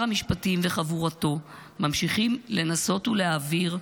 המשפטים וחבורתו ממשיכים לנסות ולהעביר,